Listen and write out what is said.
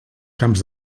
camps